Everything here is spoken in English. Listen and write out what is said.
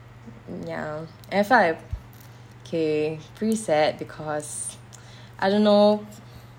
ya lor and I felt like okay pretty sad because I don't know